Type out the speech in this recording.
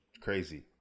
Crazy